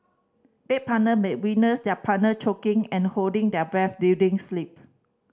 bed partner may witness their partner choking and holding their breath during sleep